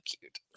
cute